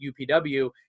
UPW